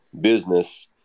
business